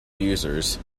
users